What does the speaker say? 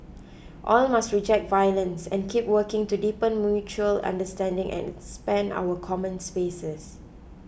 all must reject violence and keep working to deepen mutual understanding and expand our common spaces